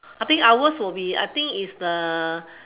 I think ours will be I think is the